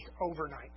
overnight